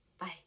Bye